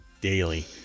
daily